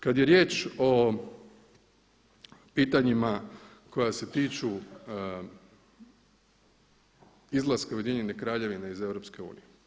Kada je riječ o pitanjima koja se tiču izlaska Ujedinjene kraljevine iz EU.